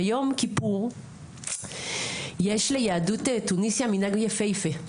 ביום כיפור יש ליהדות תוניסיה מנהג יפיפה,